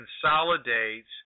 consolidates